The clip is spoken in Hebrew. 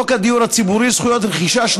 חוק הדיור הציבורי (זכויות רכישה),